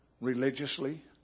religiously